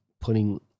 putting